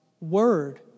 Word